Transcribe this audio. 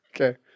Okay